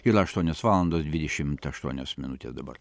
yra aštuonios valandos dvidešimt aštuonios minutės dabar